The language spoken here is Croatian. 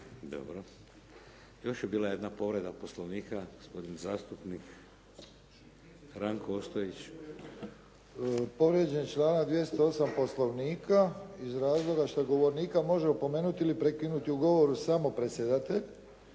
Dobro. Još je bila jedna povreda Poslovnika gospodin zastupnik Ranko Ostojić. **Ostojić, Ranko (SDP)** Povrijeđen je članak 208. Poslovnika iz razloga što govornika može opomenuti ili prekinuti u govoru samo predsjedatelj.